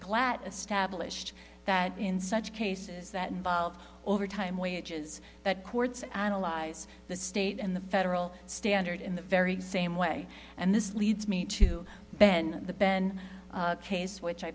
plat established that in such cases that involve overtime wages that courts analyze the state and the federal standard in the very same way and this leads me to the ben case which i